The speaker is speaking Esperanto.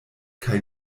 kaj